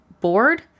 board